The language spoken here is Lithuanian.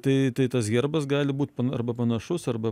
tai tai tas herbas gali būti pan arba panašus arba